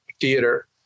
theater